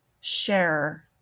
share